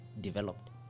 developed